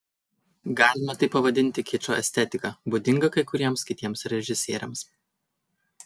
galime tai pavadinti kičo estetika būdinga kai kuriems kitiems režisieriams